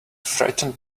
frightened